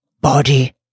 body